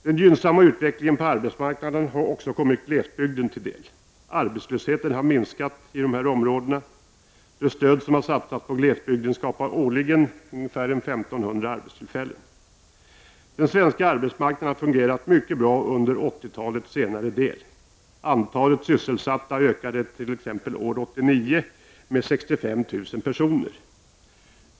Den gynnsamma utvecklingen på arbetsmarknaden har också kommit glesbygden till del — arbetslösheten har minskat i dessa områden. Det stöd som satsas på glesbygden skapar årligen ungefär 1 500 arbetstillfällen. Den svenska arbetsmarknaden har fungerat mycket bra under 1980-talets senare del. Antalet sysselsatta ökade t.ex. år 1989 med ca 65 000 personer.